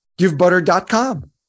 givebutter.com